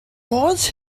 was